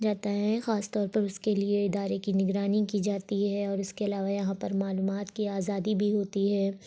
جاتا ہے خاص طور پر اس کے لیے ادارے کی نگرانی کی جاتی ہے اور اس کے علاوہ یہاں پر معلومات کی آزادی بھی ہوتی ہے